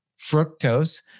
fructose